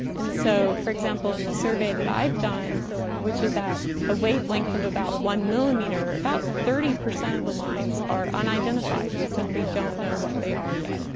and so, for example, in the survey that i've done which is at a wavelength of about one millimetre, about thirty percent of the lines are unidentified, we simply don't know what they are yet.